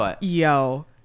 Yo